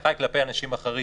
האחראי כלפי אנשים אחרים,